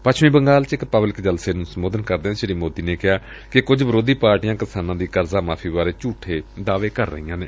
ਪੱਛਮੀ ਬੰਗਾਲ ਚ ਇਕ ਪਬਲਿਕ ਜਲਸੇ ਨੂੰ ਸੰਬੋਧਨ ਕਰਦਿਆਂ ਸ੍ਰੀ ਮੋਦੀ ਨੇ ਕਿਹਾ ਕਿ ਕੁਝ ਵਿਰੋਧੀ ਪਾਰਟੀਆਂ ਕਿਸਾਨਾਂ ਦੀ ਕਰਜ਼ਾ ਮਾਫ਼ੀ ਬਾਰੇ ਝੁਠੇ ਦਾਅਵੇ ਕਰ ਰਹੀਆਂ ਨੇ